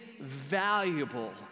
valuable